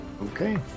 Okay